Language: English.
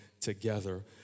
together